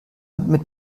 mit